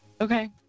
Okay